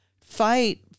fight